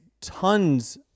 tons